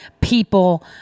people